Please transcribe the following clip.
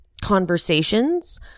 conversations